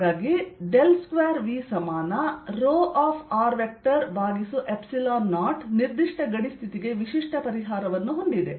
ಆದ್ದರಿಂದ 2V ρ0 ನಿರ್ದಿಷ್ಟ ಗಡಿ ಸ್ಥಿತಿಗೆ ವಿಶಿಷ್ಟ ಪರಿಹಾರವನ್ನು ಹೊಂದಿದೆ